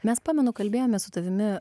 mes pamenu kalbėjomės su tavimi